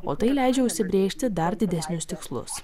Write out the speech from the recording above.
o tai leidžia užsibrėžti dar didesnius tikslus